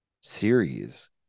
series